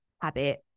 habit